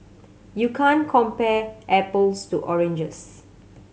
you can't compare apples to oranges